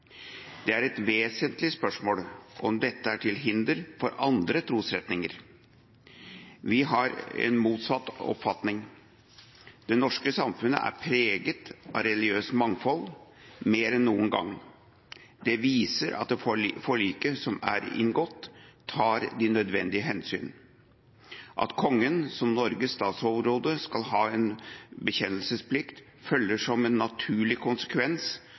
Det er et vesentlig spørsmål om dette er til hinder for andre trosretninger. Vi har en motsatt oppfatning. Det norske samfunnet er preget av religiøst mangfold, mer enn noen gang. Det viser at forliket som er inngått, tar de nødvendige hensyn. At kongen som Norges statsoverhode skal ha en bekjennelsesplikt, følger som en naturlig konsekvens